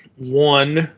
one